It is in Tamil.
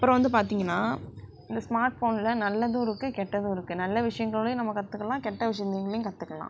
அப்பறம் வந்து பார்த்தீங்கன்னா இந்த ஸ்மார்ட் ஃபோனில் நல்லதும் இருக்கு கெட்டதும் இருக்கு நல்ல விஷயங்களையும் நம்ம கற்றுக்கலாம் கெட்ட விஷயங்களைங்களையும் கற்றுக்கலாம்